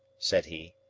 said he.